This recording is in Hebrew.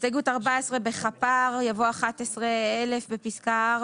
הסתייגות 14 בחפ"ר, יבוא 11,000 בפסקה (4).